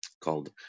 called